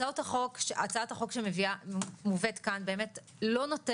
הצעת החוק שמובאת כאן לא נותנת,